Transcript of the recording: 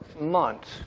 months